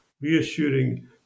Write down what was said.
reassuring